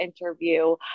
interview